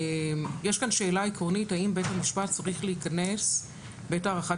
יש כאן שאלה עקרונית האם בית המשפט צריך להיכנס בעת הערכת